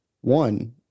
one